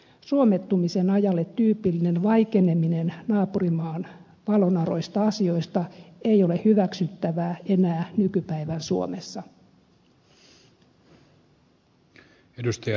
suomettumisen ajalle tyypillinen vaikeneminen naapurimaan valonaroista asioista ei ole hyväksyttävää enää nykypäivän suomessa